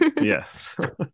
Yes